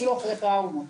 אפילו אחרי טראומות.